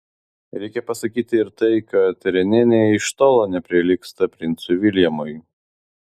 reikia pasakyti ir tai kad renė nė iš tolo neprilygsta princui viljamui